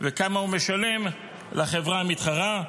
וכמה הוא משלם לחברה המתחרה.